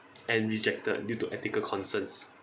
and rejected due to ethical concerns